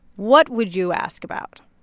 what would you ask about?